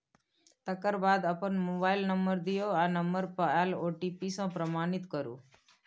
तकर बाद अपन मोबाइल नंबर दियौ आ नंबर पर आएल ओ.टी.पी सँ प्रमाणित करु